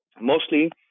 Mostly